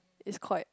it's quite